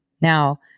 Now